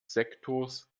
sektors